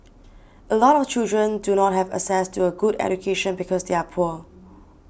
a lot of children do not have access to a good education because they are poor